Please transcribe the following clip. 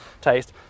taste